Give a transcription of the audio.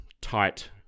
tight